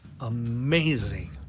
amazing